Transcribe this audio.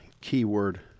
keyword